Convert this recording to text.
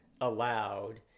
allowed